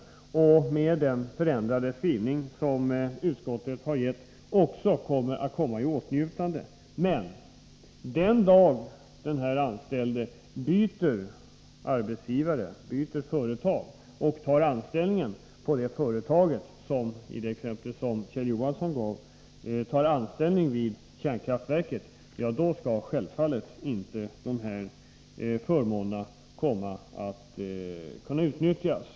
Med den förändrade skrivning som utskottet har gjort kommer han också i åtnjutande av avdragen. Men den dag en anställd byter arbetsgivare och, enligt det exempel som Kjell Johansson gav, tar anställning vid kärnkraftverket, då skall självfallet inte dessa förmåner kunna utnyttjas.